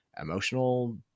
emotional